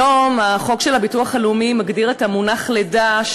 היום חוק הביטוח הלאומי מגדיר את המונח לידה,